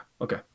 okay